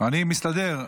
--- אני מסתדר.